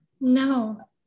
No